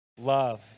Love